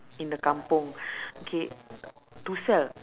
in the kampung okay to sell